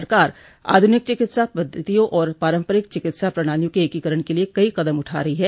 सरकार आधुनिक चिकित्सा पद्धतियों और पारंपरिक चिकित्सा प्रणालियों के एकीकरण के लिए कई कदम उठा रही हैं